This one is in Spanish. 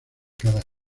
cascada